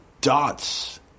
dots